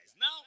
Now